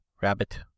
Rabbit